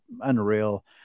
unreal